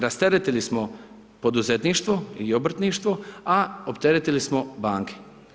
Rasteretilo smo poduzetništvo i obrtništvo, a opteretilo smo banke.